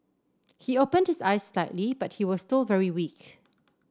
he opened his eyes slightly but he was still very weak